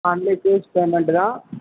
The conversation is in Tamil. ஒன்லி கேஸ் பேமெண்ட்டு தான்